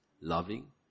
loving